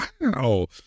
Wow